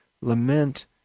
Lament